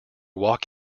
walk